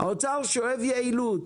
האוצר שאוהב יעילות